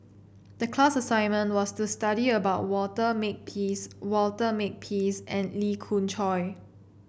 the class assignment was to study about Walter Makepeace Walter Makepeace and Lee Khoon Choy